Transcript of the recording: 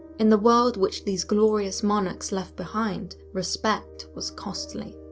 in the world which these glorious monarchs left behind, respect was costly.